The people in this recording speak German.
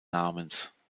namens